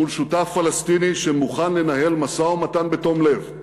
מול שותף פלסטיני שמוכן לנהל משא-ומתן בתום לב,